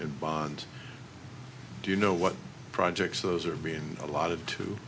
bond do you know what projects those are being a lot of t